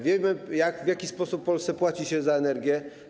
Wiemy, w jaki sposób w Polsce płaci się za energię.